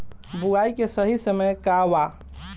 बुआई के सही समय का वा?